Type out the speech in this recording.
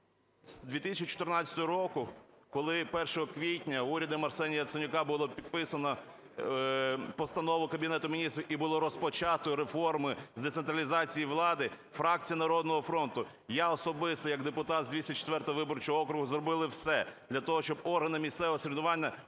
З 2014 року, коли 1 квітня урядом Арсенія Яценюка було підписано постанову Кабінету Міністрів і було розпочато реформу з децентралізації влади, фракція "Народного фронту", я особисто як депутат з 204 виборчого округу, зробили все для того, щоб органи місцевого самоврядування отримали